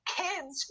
kids